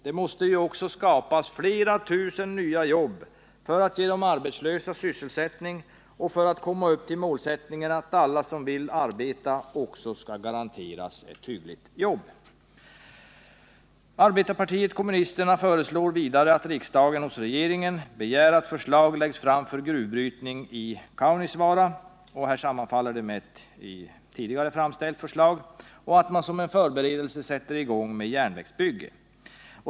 Det måste skapas flera tusen nya jobb för att ge de arbetslösa sysselsättning och för att nå målsättningen att alla som vill arbeta också skall kunna garanteras ett arbete. Arbetarpartiet kommunisterna föreslår att riksdagen hos regeringen begär att förslag läggs fram för gruvbrytning i Kaunisvaara. Detta sammanfaller med ett tidigare framställt förslag. Dessutom föreslår vi att man som förberedelse sätter i gång med järnvägsbygget.